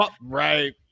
right